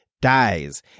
dies